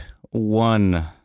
one